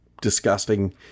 disgusting